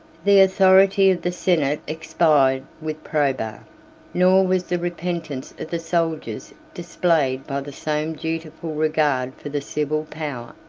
the authority of the senate expired with probus nor was the repentance of the soldiers displayed by the same dutiful regard for the civil power,